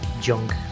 junk